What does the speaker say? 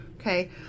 Okay